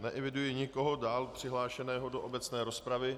Neeviduji nikoho dále přihlášeného do obecné rozpravy.